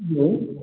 hello